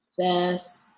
Fast